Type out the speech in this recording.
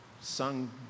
sung